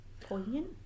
poignant